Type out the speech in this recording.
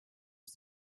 its